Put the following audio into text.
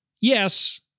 yes